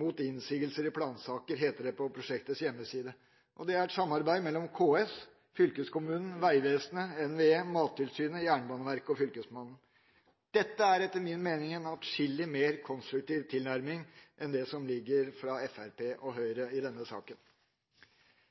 mot innsigelser i plansaker, heter det på prosjektets hjemmeside. Det er et samarbeid mellom KS, fylkeskommunen, Vegvesenet, NVE, Mattilsynet, Jernbaneverket og Fylkesmannen. Dette er etter min mening en atskillig mer konstruktiv tilnærming enn det som ligger i denne saken